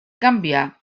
canviar